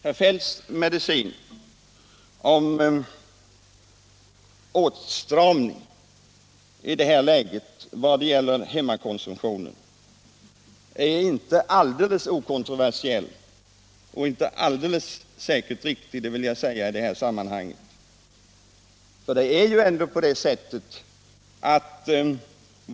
Herr Feldts förslag om åtstramning av hemmakonsumtionen i detta läge är inte alldeles okontroversiellt. Det är inte säkert att det är riktigt — det vill jag säga i detta sammanhang.